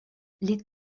les